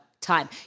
time